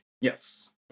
Yes